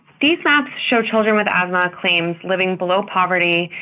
these maps show children with asthma claims living below poverty,